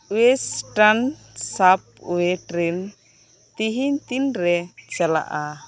western subway train ᱛᱮᱦᱮᱧ ᱛᱤᱱᱨᱮ ᱪᱟᱞᱟᱜᱼᱟ